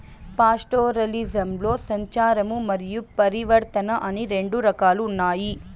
పాస్టోరలిజంలో సంచారము మరియు పరివర్తన అని రెండు రకాలు ఉన్నాయి